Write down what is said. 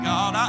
God